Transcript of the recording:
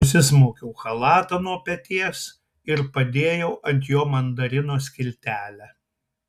nusismaukiau chalatą nuo peties ir padėjau ant jo mandarino skiltelę